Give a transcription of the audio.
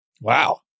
Wow